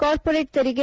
corporate ತೆರಿಗೆ